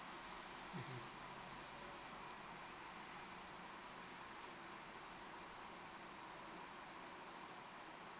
mmhmm